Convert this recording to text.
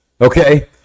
okay